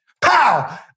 Pow